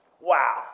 Wow